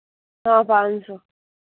हाँ पाँच सौ